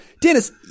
Dennis